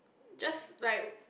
just like